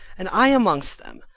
and i amongst them,